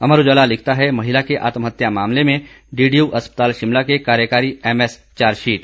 अमर उजाला लिखता है महिला के आत्महत्या मामले में डीडीयू अस्पताल शिमला के कार्यकारी एमएस चार्जशीट